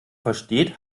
versteht